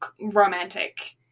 romantic